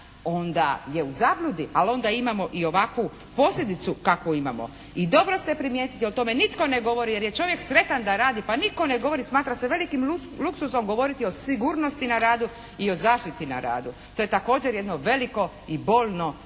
onda je u zabludi, ali onda imamo i ovakvu posljedicu kakvu imamo. I dobro ste primijetili, o tome nitko ne govori jer je čovjek sretan da radi. Pa nitko ne govori, smatra se velikim luksuzom govoriti o sigurnosti na radu i o zaštiti na radu. To je također jedno veliko i bolno